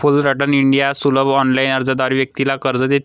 Fullerton India सुलभ online अर्जाद्वारे व्यक्तीला कर्ज देते